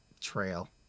trail